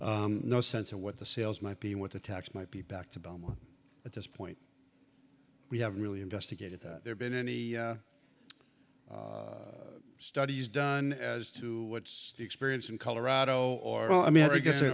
no sense of what the sales might be what the tax might be back to boma at this point we haven't really investigated that there been any studies done as to what the experience in colorado or all i mean i guess the